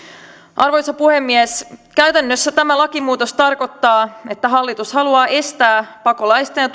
arvoisa puhemies käytännössä tämä lakimuutos tarkoittaa että hallitus haluaa estää pakolaisten ja